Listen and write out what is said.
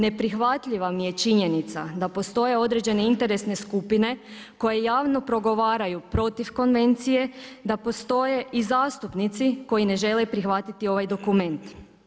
Neprihvatljiva mi je činjenica da postoje određene interesne skupine koje javno progovaraju protiv konvencije, da postoje i zastupnici koji ne žele prihvatiti ovaj dokument.